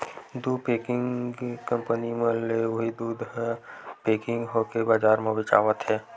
दू packing company मन ले उही दूद ह पेकिग होके बजार म बेचावत हे